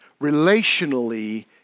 relationally